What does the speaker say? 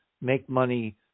make-money